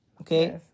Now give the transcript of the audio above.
Okay